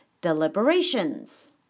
deliberations